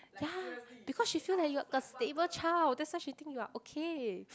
ya because she feel like you are stable child that's why she think you are okay